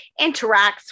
interacts